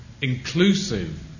inclusive